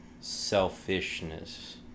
selfishness